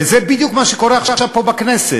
וזה בדיוק מה שקורה עכשיו פה בכנסת.